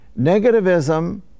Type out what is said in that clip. Negativism